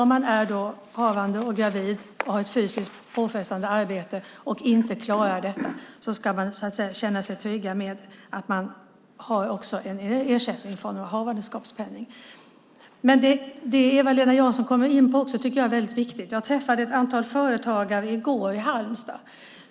Om man är gravid och har ett fysiskt påfrestande arbete och inte klarar av detta ska man kunna känna sig trygg med att man får havandeskapspenning. Jag tycker också att det Eva-Lena Jansson kommer in på är väldigt viktigt. Jag träffade ett antal företagare i går i Halmstad.